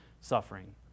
suffering